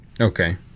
okay